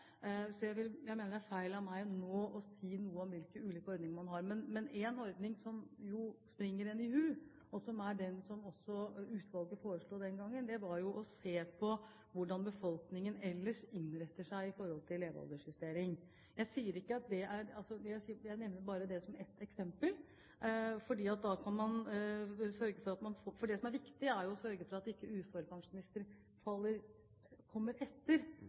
å si noe om hvilke ulike ordninger man har. Men én ting som jo rinner en i hu, er det som også utvalget foreslo den gangen, som var å se på hvordan befolkningen ellers innretter seg i forhold til levealdersjustering. Jeg nevner bare det som ett eksempel. Det som er viktig, er å sørge for at ikke uførepensjonister kommer etter fordi befolkningen ellers kompenserer. Hvis befolkningen ellers ikke kompenserer eller jobber lenger, vil det heller ikke være riktig at man kompenserer på samme måte for uføre. Dette er én tankemodell. Det er